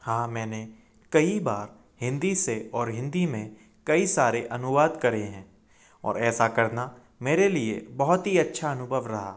हाँ मैंने कई बार हिन्दी से और हिन्दी में कई सारे अनुवाद करे हैं और ऐसा करना मेरे लिए बहुत ही अच्छा अनुभव रहा